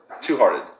two-hearted